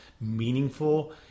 meaningful